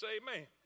Amen